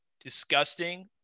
disgusting